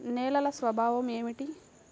నేలల స్వభావం ఏమిటీ?